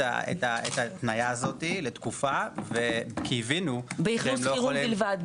ההתניה הזאת לתקופה וקיווינו --- באכלוס חירום בלבד.